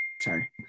sorry